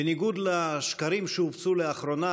בניגוד לשקרים שהופצו לאחרונה,